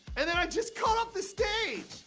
and then i just got off the stage.